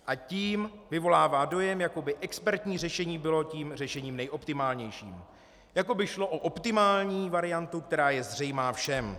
A tím vyvolává dojem, jako by expertní řešení bylo tím řešením nejoptimálnějším, jako by šlo o optimální variantu, která je zřejmá všem.